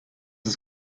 ist